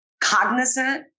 cognizant